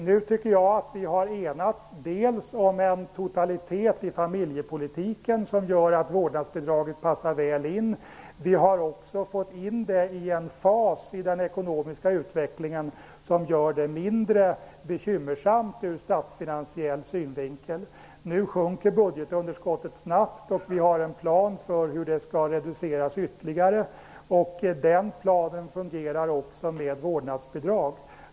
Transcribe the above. Jag tycker att vi nu dels har enats om en totalitet i familjepolitiken som gör att vårdnadsbidraget passar väl in, dels har fått in det i en fas av den ekonomiska utvecklingen som gör att det blir mindre bekymmersamt ur statsfinansiell synvinkel. Budgetunderskottet sjunker nu snabbt, och vi har en plan för hur det skall reduceras ytterligare. Den planen fungerar också om vi har ett vårdnadsbidrag.